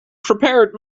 prepared